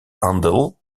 aandeel